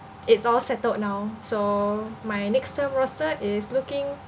it's all settled now so my next term roster is looking